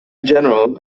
general